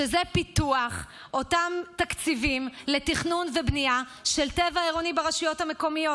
שזה פיתוח אותם תקציבים לתכנון ובנייה של טבע עירוני ברשויות המקומיות.